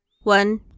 One